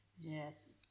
Yes